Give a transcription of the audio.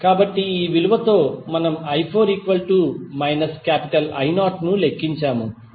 కాబట్టి ఈ విలువతో మనం i4 I0 ను లెక్కించాము